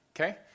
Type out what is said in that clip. okay